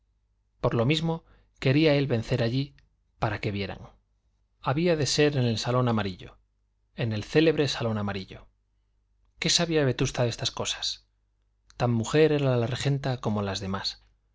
por lo mismo quería él vencer allí para que vieran había de ser en el salón amarillo en el célebre salón amarillo qué sabía vetusta de estas cosas tan mujer era la regenta como las demás